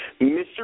Mr